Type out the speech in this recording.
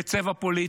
בצבע פוליטי.